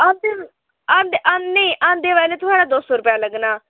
हां फ्ही औंदे निं औंदे बारी थुआढ़ा दौ सौ रपेआ लग्गना